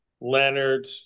Leonard